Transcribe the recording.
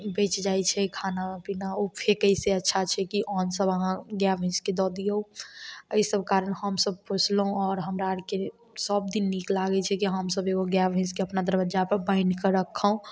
बचि जाइ छै खाना पीना ओ फेकै से अच्छा छै कि अन्नसब अहाँ गाइ भैँसके दऽ दिऔ एहिसब कारण हमसभ पोसलहुँ आओर हमरा आरके सब दिन नीक लागै छी कि हमसभ एगो गाइ भैँसके अपना दरबज्जापर बान्हिके रखोँ